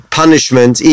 punishment